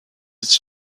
its